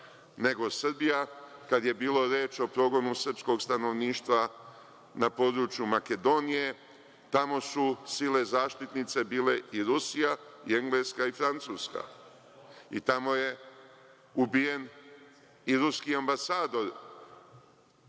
nego Srbija, kada je bilo reči o progonu srpskog stanovništva na području Makedonije. Tamo su sile zaštitnice bile i Rusija i Engleska i Francuska. Tamo je ubijen i ruski ambasador